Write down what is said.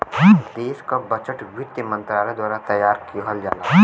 देश क बजट वित्त मंत्रालय द्वारा तैयार किहल जाला